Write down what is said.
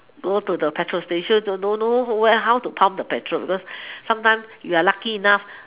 go to the petrol station don't know where don't know how to pump the petrol because sometimes you're lucky enough